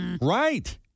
Right